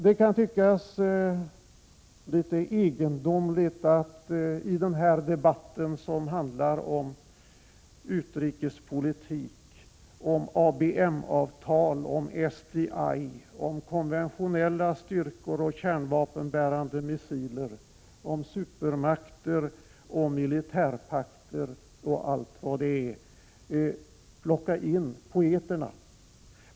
Det kan tyckas litet egendomligt att i denna debatt som handlar om utrikespolitik, om ABM-avtal, SDI, konventionella styrkor och kärnvapenbärande missiler, supermakter, militärpakter och allt vad det är, plocka in poeterna.